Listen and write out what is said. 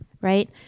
right